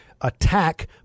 attack